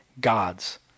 gods